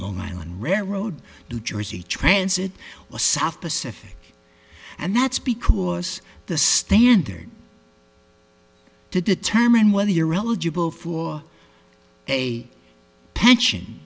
long island railroad new jersey transit or south pacific and that's because the standard to determine whether you're eligible for a pension